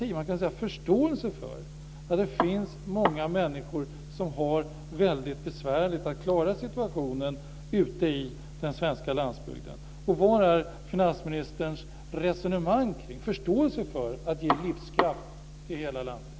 Var är, kan man säga, förståelsen för att det finns många människor som har det besvärligt att klara situationen på den svenska landsbygden? Var är finansministerns resonemang kring och förståelse för att ge livskraft till hela landet?